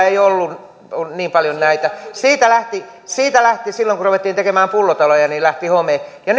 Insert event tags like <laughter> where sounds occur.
<unintelligible> ei ollut niin paljon näitä siitä kun ruvettiin tekemään pullotaloja lähti home ja <unintelligible>